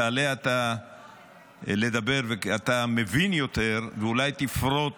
תעלה אתה לדבר, אתה מבין יותר, ואולי תפרוט